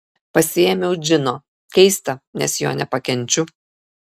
pasiėmiau džino keista nes jo nepakenčiu